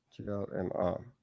GLMR